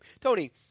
Tony